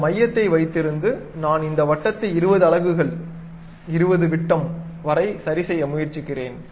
அந்த மையத்தை வைத்திருந்து நான் இந்த வட்டத்தை 20 அலகுகள் 20 விட்டம் வரை சரிசெய்ய முயற்சிக்கிறேன்